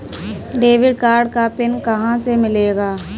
Debit card का पिन कहां से मिलेगा?